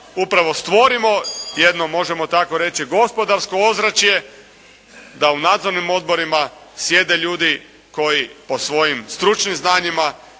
upravo stvorimo jedno možemo tako reći gospodarsko ozračje da u nadzornim odborima sjede ljudi koji po svojim stručnim znanjima,